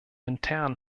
intern